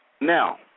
now